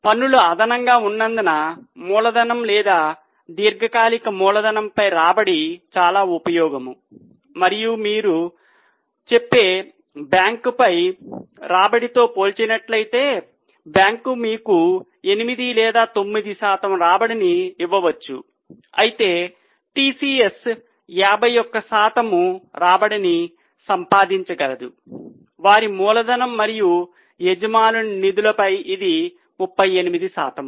పన్నులు అదనంగా ఉన్నందున మూలధనం లేదా దీర్ఘకాలిక మూలధనంపై రాబడి చాలా ఉపయోగం మరియు మీరు చెప్పే బ్యాంకుపై రాబడితో పోల్చినట్లయితే బ్యాంక్ మీకు 8 లేదా 9 శాతం రాబడిని ఇవ్వవచ్చు అయితే టిసిఎస్ 51 శాతం రాబడిని సంపాదించగలదు వారి మూలధనం మరియు యజమానుల నిధులపై ఇది 38 శాతం